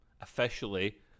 officially